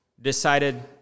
decided